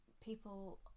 people